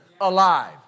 alive